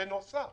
בנוסף